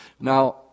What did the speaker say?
Now